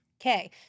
Okay